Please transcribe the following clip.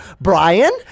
Brian